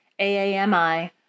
AAMI